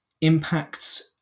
impacts